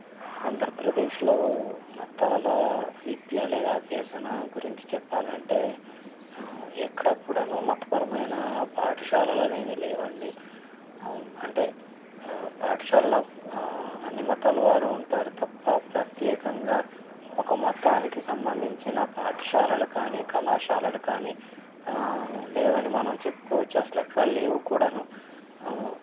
ఆంధ్రప్రదేశ్లో మతాల విద్య లేదా అభ్యాసన గురించి చెప్పాలంటే ఎక్కడ కూడా మతపరమైన పాఠశాలలు అలనేవి లేవండి అంటే పాఠశాలలో అన్ని మతాల వారు ఉంటారు తప్ప ప్రత్యేకంగా ఒక మతానికి సంబంధించిన పాఠశాలలు కానీ కళాశాలలు కానీ లేవు అని మనం చెప్పుకోవచ్చు అసలు ఎక్కడ లేవు కూడా